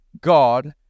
God